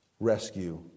Rescue